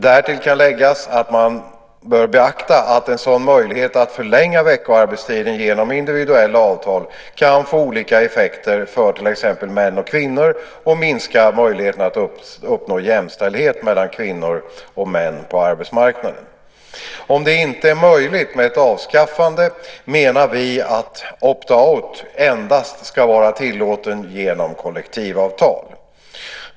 Därtill kan läggas att man bör beakta att en möjlighet att förlänga veckoarbetstiden genom individuella avtal kan få olika effekter för till exempel män och kvinnor och minska möjligheterna att uppnå jämställdhet mellan män och kvinnor på arbetsmarknaden. Om det inte är möjligt med ett avskaffande menar vi att opt out endast ska vara tillåten genom kollektivavtal.